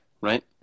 right